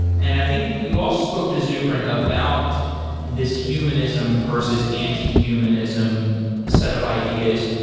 and i think you also spoke to zubrin about this humanism versus anti-humanism set of ideas.